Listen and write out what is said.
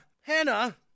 Hannah